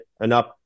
enough